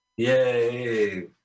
Yay